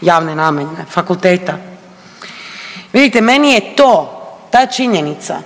javne namjene, fakulteta. Vidite meni je to ta činjenica